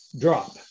drop